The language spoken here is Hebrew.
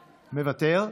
מוותר?